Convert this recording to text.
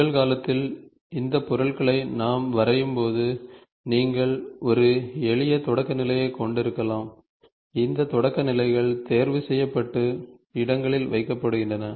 நிகழ்காலத்தில் இந்த பொருள்களை நாம் வரையும்போது நீங்கள் ஒரு எளிய தொடக்க நிலையை கொண்டிருக்கலாம் இந்த தொடக்க நிலைகள் தேர்வு செய்யப்பட்டு இடங்களில் வைக்கப்படுகின்றன